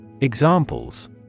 Examples